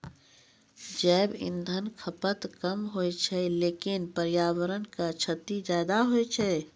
जैव इंधन खपत कम होय छै लेकिन पर्यावरण क क्षति ज्यादा होय छै